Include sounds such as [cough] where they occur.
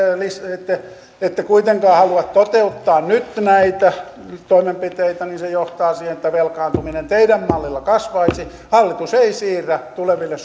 listasitte kun ette kuitenkaan halua toteuttaa nyt näitä toimenpiteitä niin se johtaa siihen että velkaantuminen teidän mallillanne kasvaisi hallitus ei siirrä tuleville [unintelligible]